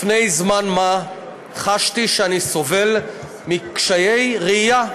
לפני זמן מה חשתי שאני סובל מקשיי ראייה.